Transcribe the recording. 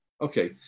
Okay